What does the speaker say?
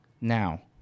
Now